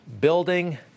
building